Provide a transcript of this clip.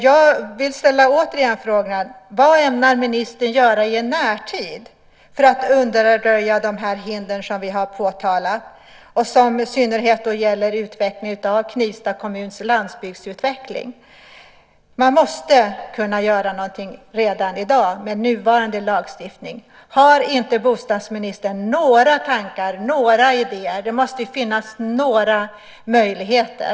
Jag vill återigen ställa frågan: Vad ämnar ministern göra i en närtid för att undanröja de hinder som vi har påtalat och som i synnerhet gäller Knivsta kommuns landsbygdsutveckling? Man måste kunna göra någonting redan i dag med nuvarande lagstiftning. Har inte bostadsministern några tankar, några idéer? Det måste ju finnas några möjligheter.